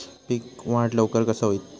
पीक वाढ लवकर कसा होईत?